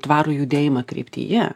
tvarų judėjimą kryptyje